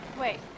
Wait